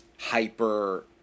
hyper